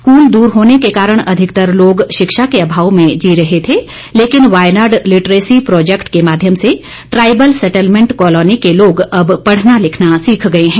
school दूर होने के कारण अधिकतर लोग शिक्षा के अभाव में जी रहे थे लेकिन वायनाड लिटरेसी प्रोजैक्ट के माध्यम से ट्राइबल सैटलमेंट कॉलोनी के लोग अब पढ़ना लिखना सीख गए हैं